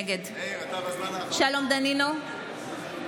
נגד שלום דנינו,